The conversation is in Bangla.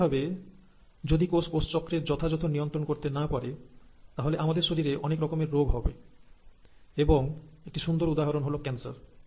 স্বাভাবিকভাবে যদি কোষ কোষচক্রের যথাযথ নিয়ন্ত্রণ করতে না পারে তাহলে আমাদের শরীরে অনেক রকমের রোগ হবে এবং একটি সুন্দর উদাহরণ হল ক্যান্সার